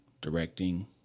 directing